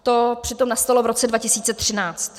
To přitom nastalo v roce 2013.